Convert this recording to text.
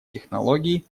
технологии